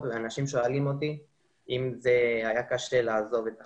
אנשים שואלים אותי אם זה היה קשה לעזוב את החברים,